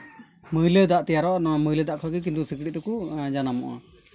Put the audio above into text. ᱢᱟᱹᱭᱞᱟᱹ ᱫᱟᱜ ᱛᱮᱭᱟᱨᱚᱜᱼᱟ ᱱᱚᱣᱟ ᱢᱟᱹᱭᱞᱟᱹ ᱠᱷᱚᱡ ᱜᱮ ᱠᱤᱱᱛᱩ ᱥᱤᱠᱬᱤᱡ ᱫᱚᱠᱚ ᱡᱟᱱᱟᱢᱚᱜᱼᱟ